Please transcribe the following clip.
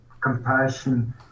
compassion